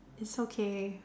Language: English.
it's okay